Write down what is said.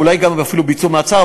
אולי גם אפילו ביצעו מעצר,